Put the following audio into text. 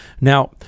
Now